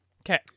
Okay